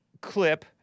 clip